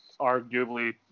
Arguably